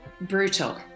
Brutal